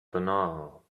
banal